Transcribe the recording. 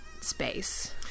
space